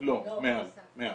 לא, מעל.